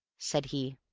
said he.